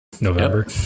November